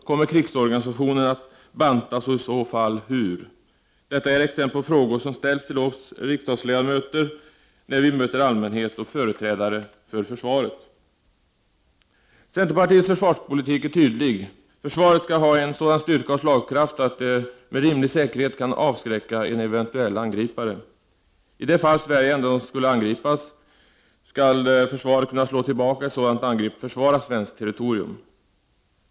Kommer krigsorganisationen att bantas och i så fall hur? Detta är exempel på frågor som ställs till oss riksdagsledamöter när vi möter allmänhet och företrädare för försvaret. Centerpartiets försvarspolitik är tydlig. Försvaret skall ha en sådan styrka och slagkraft att det med rimlig säkerhet kan avskräcka en eventuell angripare. I det fall Sverige ändå skulle angripas skall försvaret kunna slå tillbaka ett angrepp och försvara svenskt territorium.